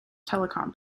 telecom